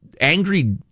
angry